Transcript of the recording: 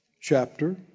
chapter